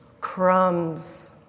Crumbs